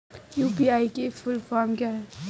UPI की full form क्या है?